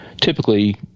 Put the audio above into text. typically